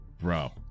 bro